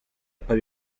per